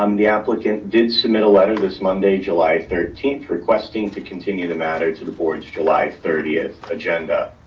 um the applicant did submit a letter this monday, july thirteenth, requesting to continue the matter to the boards july thirtieth agenda.